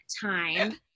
time